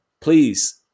please